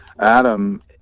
Adam